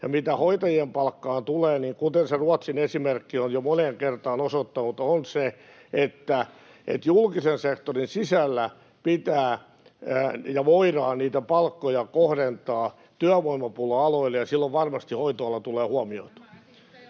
Ja mitä hoitajien palkkaan tulee, niin kuten se Ruotsin esimerkki on jo moneen kertaan osoittanut, julkisen sektorin sisällä pitää ja voidaan niitä palkkoja kohdentaa työvoimapula-aloille, ja silloin varmasti hoitoala tulee huomioitua.